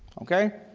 okay?